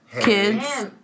Kids